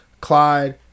Clyde